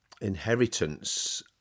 inheritance